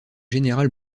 général